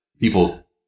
people